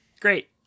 Great